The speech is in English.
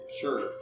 Sure